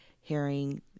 hearing